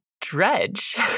Dredge